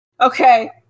Okay